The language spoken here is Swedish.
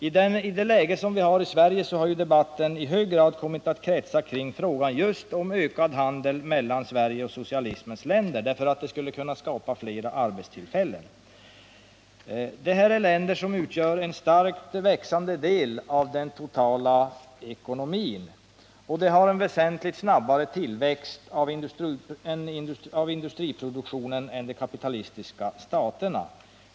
I det läge som råder i Sverige har debatten i hög grad kommit att kretsa kring frågan om just ett ökat handelsutbyte mellan Sverige och socialistiska länder, eftersom det skulle kunna skapa flera arbetstillfällen i vårt land. Dessa länder utgör en starkt växande del av den totala ekonomin, och de har en väsentligt snabbare tillväxt av industriproduktionen än de kapitalistiska staterna.